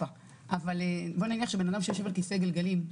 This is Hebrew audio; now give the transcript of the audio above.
בוא נניח שאדם שיושב על כיסא גלגלים,